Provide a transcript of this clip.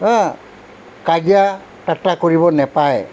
কাজিয়া ঠাট্টা কৰিব নাপায়